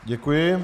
Děkuji.